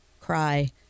cry